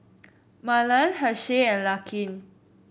Marlen Hershel and Larkin